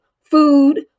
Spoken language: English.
food